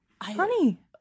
Honey